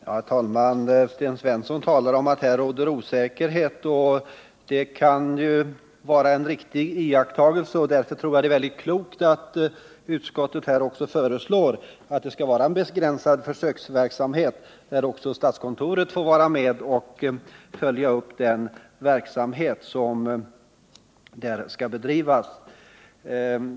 Herr talman! Sten Svensson talar om att det råder osäkerhet, och det kan väl vara en riktig iakttagelse. Därför tror jag att det är klokt att utskottet föreslår en begränsad försöksverksamhet, där också statskontoret får vara med och följa upp den verksamhet som skall bedrivas.